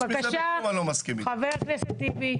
בבקשה, חבר הכנסת טיבי.